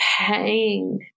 pain